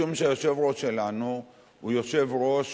משום שהיושב-ראש שלנו הוא יושב-ראש